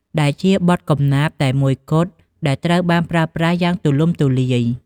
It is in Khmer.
ដែលជាបទកំណាព្យតែមួយគត់ដែលត្រូវបានប្រើប្រាស់យ៉ាងទូលំទូលាយ។